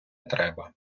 треба